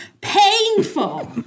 Painful